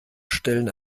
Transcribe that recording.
stellen